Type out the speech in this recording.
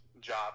job